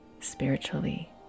spiritually